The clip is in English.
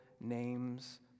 names